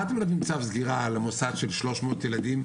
מה אתם נותנים צו סגירה למוסד של 300 ילדים,